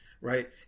right